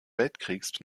weltkriegs